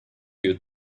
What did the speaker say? you